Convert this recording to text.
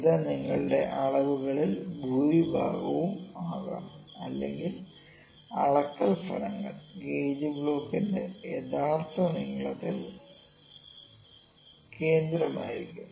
ഇത് നിങ്ങളുടെ അളവുകളിൽ ഭൂരിഭാഗവും ആകാം അല്ലെങ്കിൽ അളക്കൽ ഫലങ്ങൾ ഗേജ് ബ്ലോക്കിന്റെ യഥാർത്ഥ നീളത്തിൽ കേന്ദ്രമായിരിക്കും